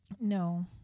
no